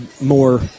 more